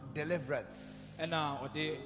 deliverance